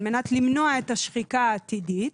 על מנת למנוע את השחיקה העתידית,